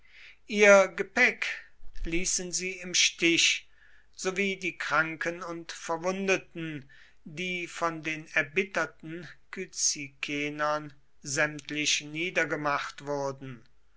ihr gepäck ließen sie im stich sowie die kranken und verwundeten die von den erbitterten kyzikenern sämtlich niedergemacht wurden